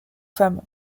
femmes